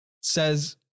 says